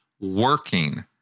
working